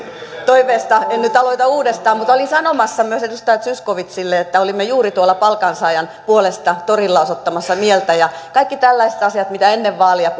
toiveesta en nyt aloita uudestaan mutta olin sanomassa myös edustaja zyskowiczille että olimme juuri tuolla palkansaajien puolesta torilla osoittamassa mieltä ja kaikissa tällaisissa asioissa mistä ennen vaaleja